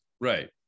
Right